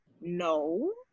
No